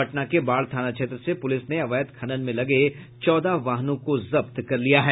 पटना के बाढ़ थाना क्षेत्र से पुलिस ने अवैध खनन में लगे चौदह वाहनों को जब्त किया है